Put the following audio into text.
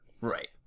Right